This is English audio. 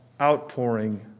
outpouring